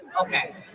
Okay